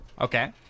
Okay